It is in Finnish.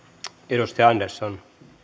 edustaja andersson